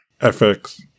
FX